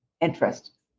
interest